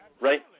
right